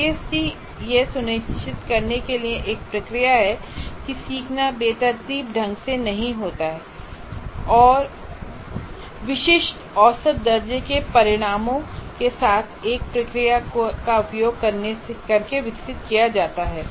ISD यह सुनिश्चित करने के लिए एक प्रक्रिया है कि सीखना बेतरतीब ढंग से नहीं होता है और विशिष्ट औसत दर्जे के परिणामों के साथ एक प्रक्रिया का उपयोग करके विकसित किया जाता है